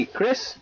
Chris